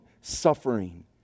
suffering